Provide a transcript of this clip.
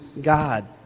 God